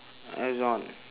liaison